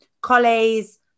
Collies